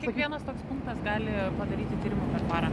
kiek vienas toks punktas gali padaryti tyrimų per parą